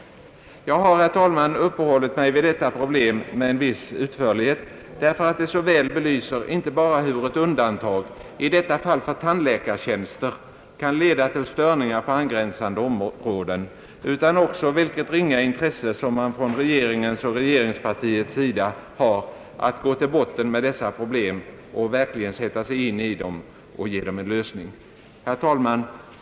Jag har, herr talman, uppehållit mig vid detta problem med en viss utförlighet, därför att det så väl belyser inte bara hur ett undantag — i detta fall för tandläkartjänster — kan leda till störningar på angränsande områden, utan också vilket ringa intresse som regeringen och regeringspartiet har att gå till botten med dessa problem och att verkligen sätta sig in i dem och ge dem en lösning. Herr talman!